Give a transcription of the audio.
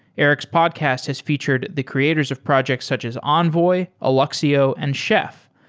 eric's podcast has featured the creators of projects such as envoy, alluxio, and chef.